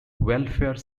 welfare